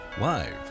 Live